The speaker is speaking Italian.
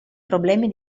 problemi